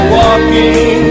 walking